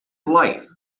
life